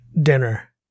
dinner